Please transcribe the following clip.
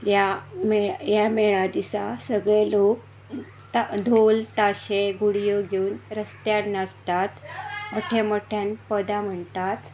ह्या ह्या मेळा दिसा सगळे लोक धोल ताशे घुडयो घेवन रस्त्यार नाचतात मोट्या मोट्यान पदां म्हणटात